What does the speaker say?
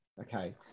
Okay